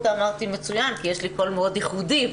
אמרתי 'מצויין' כי יש לי קול מאוד ייחודי,